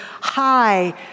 high